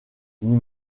n’y